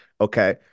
Okay